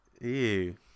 Ew